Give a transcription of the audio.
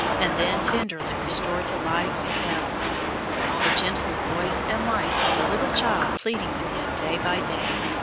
and then tenderly restored to life and health the gentle voice and life of a little child pleading with him day by day,